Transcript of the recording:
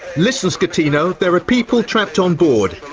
listen, so schettino, there are people trapped on board.